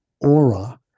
aura